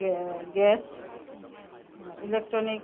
gas electronic